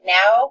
now